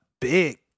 big